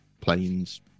planes